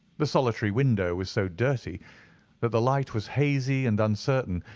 the solitary window was so dirty that the light was hazy and uncertain,